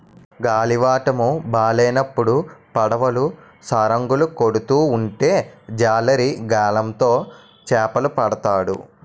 గాలివాటము బాలేనప్పుడు పడవలు సరంగులు కొడుతూ ఉంటే జాలరి గాలం తో చేపలు పడతాడు